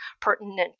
pertinent